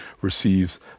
receives